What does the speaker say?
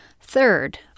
Third